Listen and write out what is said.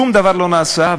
שום דבר לא נעשה,